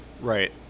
right